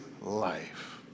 life